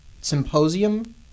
symposium